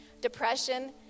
depression